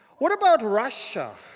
what about russia?